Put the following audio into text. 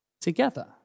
together